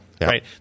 right